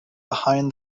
behind